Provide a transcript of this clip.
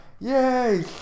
Yay